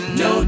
no